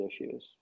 issues